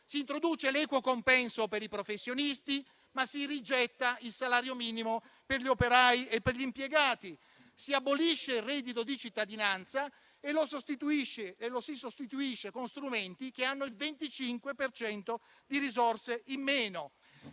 Si introduce l'equo compenso per i professionisti, ma si rigetta il salario minimo per gli operai e per gli impiegati. Si abolisce il reddito di cittadinanza e lo si sostituisce con strumenti che hanno il 25 per cento di risorse in meno.